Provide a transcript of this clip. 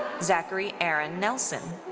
zachary aaron nelson.